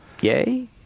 yay